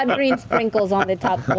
um green sprinkles on the top